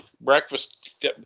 breakfast